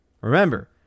Remember